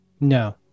no